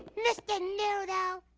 mr. noodle.